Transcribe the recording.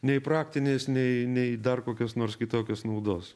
nei praktinės nei nei dar kokios nors kitokios naudos